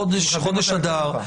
חודש אדר,